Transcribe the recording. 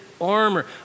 armor